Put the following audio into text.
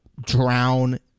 drown